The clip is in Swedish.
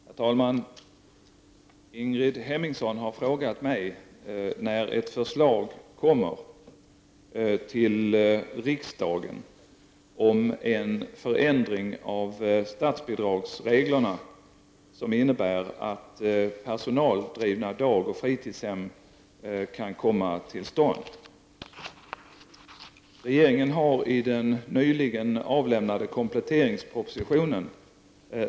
Herr talman! Ingrid Hemmingsson har frågat mig när ett förslag kommer till riksdagen om en förändring av statsbidragsreglerna som innebär att personaldrivna dagoch fritidshem kan komma till stånd Regeringen har i den nyligen avlämnade kompletteringspropositionen (1989/90:150, bil.